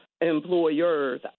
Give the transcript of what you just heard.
employers